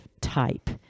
type